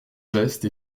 geste